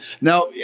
Now